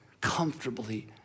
comfortably